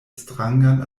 strangan